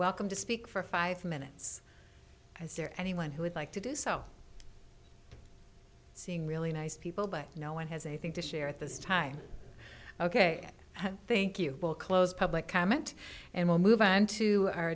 welcome to speak for five minutes as there anyone who would like to do so seeing really nice people but no one has anything to share at this time ok i think you will close public comment and we'll move on to our